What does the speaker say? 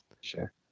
sure